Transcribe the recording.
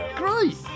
great